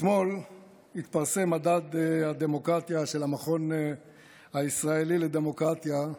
אתמול התפרסם מדד הדמוקרטיה של המכון הישראלי לדמוקרטיה,